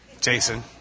Jason